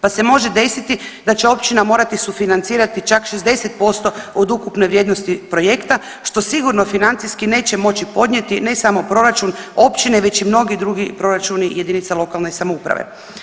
pa se može desiti da će općina morati sufinancirati čak 60% od ukupne vrijednosti projekta što sigurno financijski neće moći podnijeti ne samo proračun općine već i mnogi drugi proračunu jedinica lokalne samouprave.